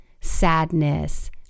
sadness